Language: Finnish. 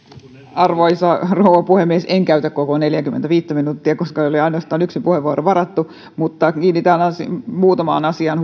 arvoisa rouva puhemies en käytä koko neljääkymmentäviittä minuuttia koska oli ainoastaan yksi puheenvuoro varattu mutta kiinnitän huomiota muutamaan asiaan